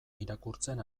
irakurtzen